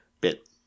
bit